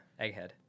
Egghead